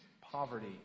poverty